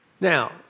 Now